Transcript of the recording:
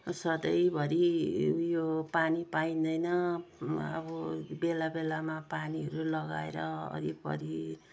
सधैँभरि ऊ यो पानी पाइँदैन अब बेला बेलामा पानीहरू लगाएर वरिपरि